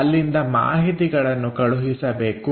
ಅಲ್ಲಿಂದ ಮಾಹಿತಿಗಳನ್ನು ಕಳುಹಿಸಬೇಕು